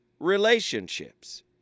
relationships